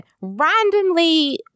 Randomly